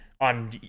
on